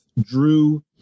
drew